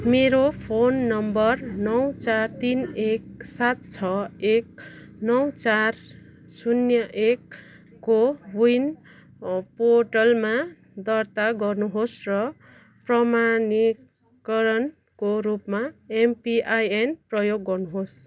मेरो phone number नौ चार तिन एक सात छ एक नौ चार शून्य एक कोविन पोर्टलमा दर्ता गर्नुहोस् र प्रमाणीकरणको रूपमा एमपिआइएन प्रयोग गर्नुहोस्